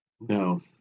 No